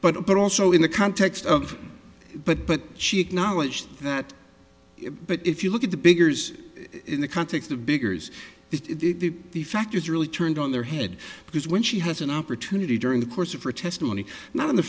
asked but also in the context of but but she acknowledged that but if you look at the biggers in the context of biggers the the fact is really turned on their head because when she has an opportunity during the course of her testimony not in the